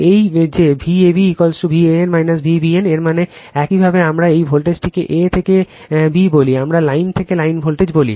এই যে Vab Van Vbn এর মানে একইভাবে আমরা এই ভোল্টেজটিকে a থেকে b বলি আমরা লাইন থেকে লাইন ভোল্টেজকে বলি